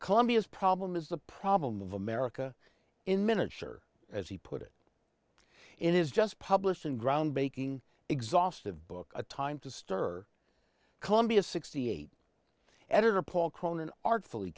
colombia's problem is the problem of america in miniature as he put it it is just published in groundbreaking exhaustive book a time to stir colombia sixty eight editor paul cronin artfully